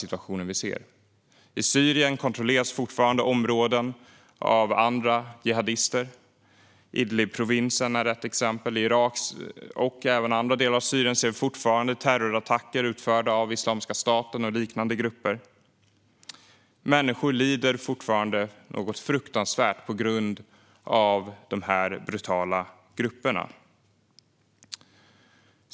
I Syrien kontrolleras fortfarande områden av andra jihadister; Idlib-provinsen är ett exempel. I Irak och även i andra delar av Syrien ser vi fortfarande terrorattacker utförda av Islamiska staten och liknande grupper. Människor lider fortfarande något fruktansvärt av vad de här brutala grupperna gör.